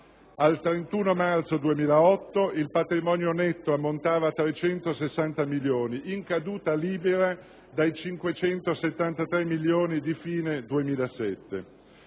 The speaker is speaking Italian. Al 31 marzo 2008 il patrimonio netto ammontava a 360 milioni, in caduta libera dai 573 milioni di fine 2007.